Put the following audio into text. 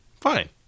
Fine